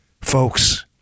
Folks